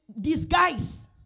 disguise